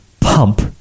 pump